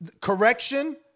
correction